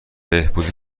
بهبودی